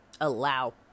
allow